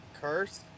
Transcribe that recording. Curse